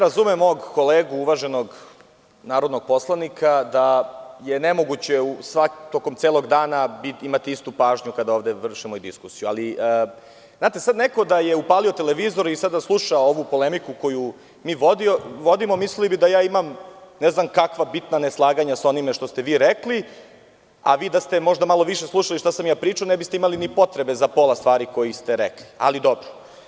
Razumem mog uvaženog kolegu narodnog poslanika da je nemoguće tokom celog dana imati istu pažnju kada vršimo diskusiju, ali da je sada neko upalio televizor i slušao ovu polemiku koju mi vodimo, mislio bi da ja imam ne znam kakva bitna neslaganja sa onim što ste vi rekli, a vi da ste možda malo više slušali šta sam ja pričao, ne biste imali ni potrebe za pola stvari koje ste rekli, ali dobro.